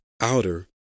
outer